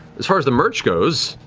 as far as the merch goes,